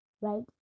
right